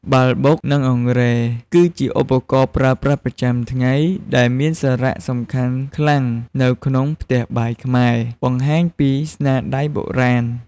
ត្បាល់បុក និងអង្រែគឺជាឧបករណ៍ប្រើប្រាស់ប្រចាំថ្ងៃដែលមានសារៈសំខាន់ខ្លាំងនៅក្នុងផ្ទះបាយខ្មែរ បង្ហាញពីស្នាដៃបុរាណ ។